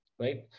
right